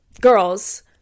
girls